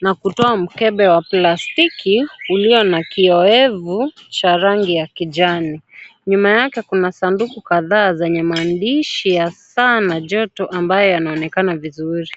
Na kutoa mkebe wa plastiki, ulio na kioevu cha rangi ya kijani. Nyuma yake kuna sanduku kadhaa zenye maandishi, ya saa na joto ambayo yanaonekana vizuri.